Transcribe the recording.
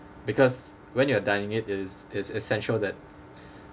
because when you're dining in it's it's essential that